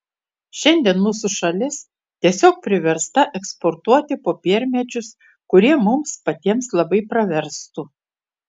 šiandien mūsų šalis tiesiog priversta eksportuoti popiermedžius kurie mums patiems labai praverstų